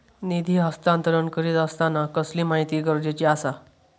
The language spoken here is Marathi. निधी हस्तांतरण करीत आसताना कसली माहिती गरजेची आसा?